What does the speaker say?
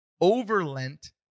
overlent